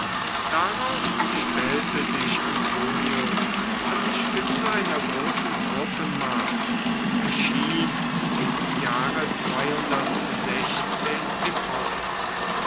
darauf stellte sich antoninus an die spitze einer großen truppenmacht und erschien im jahre im osten